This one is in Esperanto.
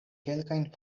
kelkajn